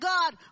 God